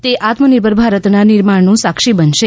તે આત્મનિર્ભર ભારતના નિર્માણનું સાક્ષી બનશે